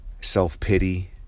self-pity